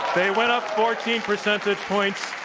they went up fourteen percentage points.